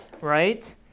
right